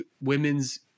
women's